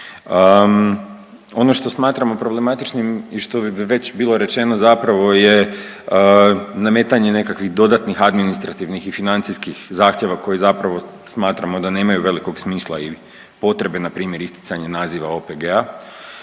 Ono što smatramo problematičnim i što bi već bilo rečeno zapravo je nametanje nekakvih dodatnih administrativnih i financijskih zahtjeva koje zapravo smatramo da nemaju velikog smisla i potrebe, npr. isticanja naziva OPG-a.